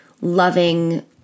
loving